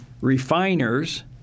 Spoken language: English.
refiners